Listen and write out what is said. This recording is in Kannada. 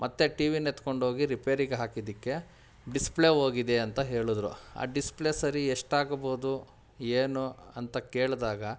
ಮತ್ತೆ ಟಿ ವಿನ ಎತ್ಕೊಂಡೋಗಿ ರಿಪೇರಿಗೆ ಹಾಕಿದ್ದಕ್ಕೆ ಡಿಸ್ಪ್ಲೇ ಹೋಗಿದೆ ಅಂತ ಹೇಳಿದ್ರು ಆ ಡಿಸ್ಪ್ಲೇ ಸರಿ ಎಷ್ಟಾಗಬೋದು ಏನು ಅಂತ ಕೇಳಿದಾಗ